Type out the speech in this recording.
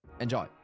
Enjoy